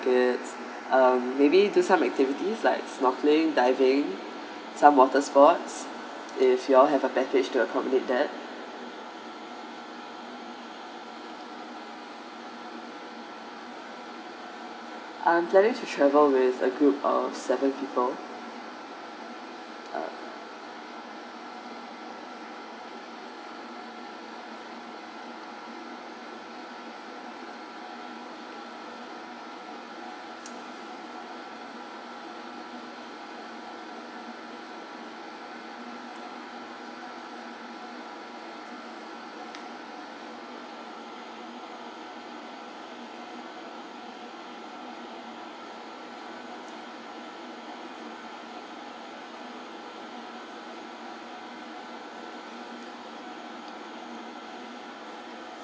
~kets um maybe just some activities like snorkeling diving some watersports if you all have a package to accommodate that ah january to travel with a group of seven people uh